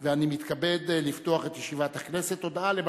הקדמנו את ישיבת הכנסת מפאת סדר-היום